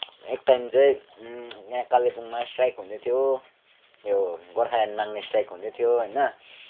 एक टाइम चाहिँ यहाँ कालिम्पोङमा स्ट्राइक हुँदै थियो यो गोर्खाल्यान्ड माग्ने स्ट्राइक हुँदै थियो होइन